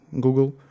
Google